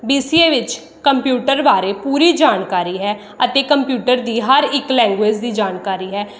B C A ਵਿੱਚ computer ਬਾਰੇ ਪੂਰੀ ਜਾਣਕਾਰੀ ਹੈ ਅਤੇ ਕੰਪਿਊਟਰ ਦੀ ਹਰ ਇੱਕ ਲੈਂਗੁਏਜ਼ ਦੀ ਜਾਣਕਾਰੀ ਹੈ